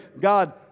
God